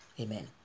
Amen